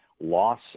loss